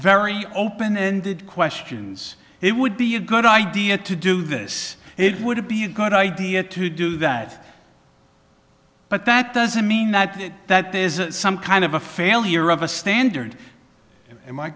very open ended questions it would be a good idea to do this it would be a good idea to do that but that doesn't mean that that is some kind of a failure of a standard am i